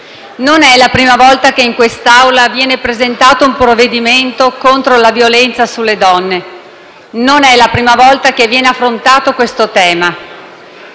non è la prima volta che in quest'Aula viene presentato un provvedimento contro la violenza sulle donne, non è la prima volta che viene affrontato questo tema.